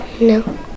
No